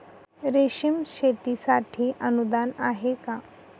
रेशीम शेतीसाठी अनुदान आहे का?